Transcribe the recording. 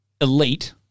elite